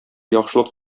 яхшылык